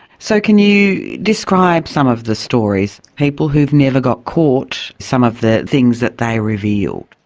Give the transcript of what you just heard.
so can you describe some of the stories, people who've never got caught, some of the things that they revealed?